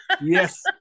Yes